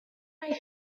aeth